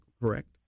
correct